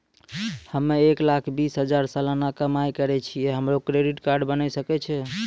हम्मय एक लाख बीस हजार सलाना कमाई करे छियै, हमरो क्रेडिट कार्ड बने सकय छै?